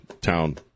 town